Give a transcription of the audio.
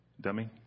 dummy